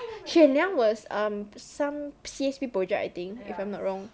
shen yang was um some C_S_P project I think if I'm not wrong